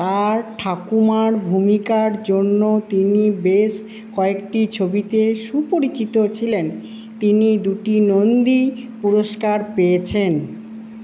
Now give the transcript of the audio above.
তাঁর ঠাকুমার ভূমিকার জন্য তিনি বেশ কয়েকটি ছবিতে সুপরিচিত ছিলেন তিনি দুটি নন্দী পুরস্কার পেয়েছেন